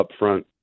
upfront